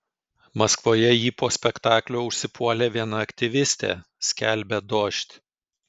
maskvoje jį po spektaklio užsipuolė viena aktyvistė skelbia dožd